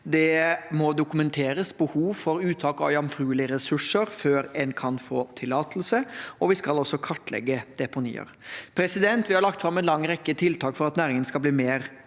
Det må dokumenteres behov for uttak av jomfruelige ressurser før en kan få tillatelse. Vi skal også kartlegge deponier. Vi har lagt fram en lang rekke tiltak for at næringen skal bli mer